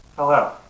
Hello